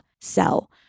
sell